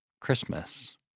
Christmas